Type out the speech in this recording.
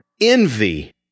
envy